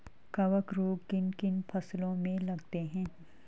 कवक रोग किन किन फसलों में लगते हैं?